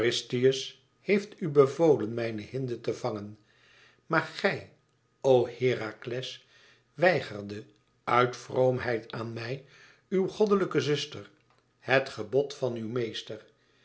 heeft u bevolen mijne hinde te vangen maar gij o herakles weigerdet uit vroomheid aan mij uw goddelijke zuster het gebod van uw meester